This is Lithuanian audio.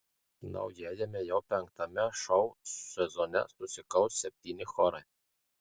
naujajame jau penktame šou sezone susikaus septyni chorai